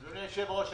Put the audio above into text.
אדוני היושב-ראש,